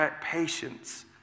patience